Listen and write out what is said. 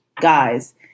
guys